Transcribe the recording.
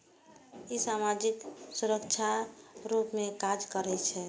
ई सामाजिक सुरक्षाक रूप मे काज करै छै